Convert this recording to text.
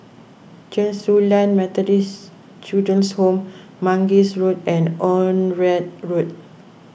Chen Su Lan Methodist Children's Home Mangis Road and Onraet Road